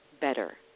better